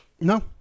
no